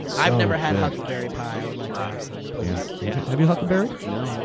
i've never had huckleberry pie, i would like to have some, please. yeah have you huckleberried? no, i don't